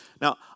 Now